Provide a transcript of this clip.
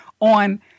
on